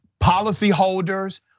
policyholders